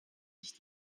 sich